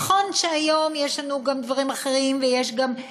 נכון שהיום יש לנו גם דברים אחרים, ויש שם,